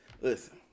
listen